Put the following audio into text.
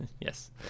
Yes